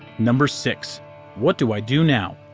number six what do i do now?